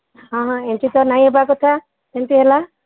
ହଁ ହଁ ଏମିତି ତ ନାଇ ହେବା କଥା କେମିତି ହେଲା